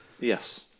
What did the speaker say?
yes